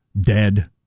dead